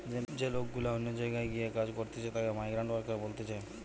যে লোক গুলা অন্য জায়গায় গিয়ে কাজ করতিছে তাকে মাইগ্রান্ট ওয়ার্কার বলতিছে